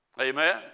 amen